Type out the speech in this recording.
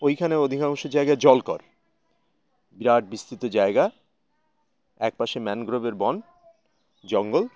ওইখানে অধিকাংশ জায়গায় জল কর বিস্তৃত জায়গা একপাশে ম্যানগ্রোভের বন জঙ্গল